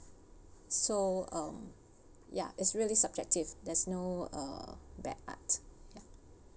so um ya it's really subjective there's no uh bad art ya